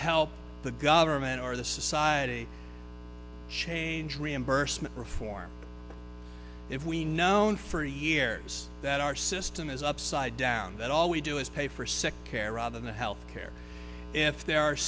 help the government or the society change reimbursement reform if we known for years that our system is upside down that all we do is pay for sick care rather than health care if there are